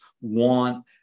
want